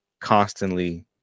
constantly